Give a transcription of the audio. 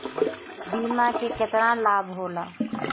बीमा के केतना लाभ होला?